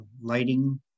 lighting